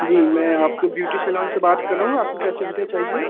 जी मैं आपके beauty salon से बात कर रहा हूँ आपको क्या सुविधा चाहिए